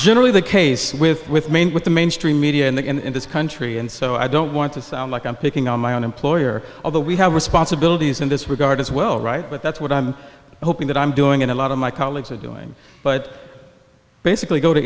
generally the case with with maine with the mainstream media in the in this country and so i don't want to sound like i'm picking on my own employer although we have responsibilities in this regard as well right but that's what i'm hoping that i'm doing a lot of my colleagues are doing but basically go to